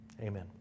Amen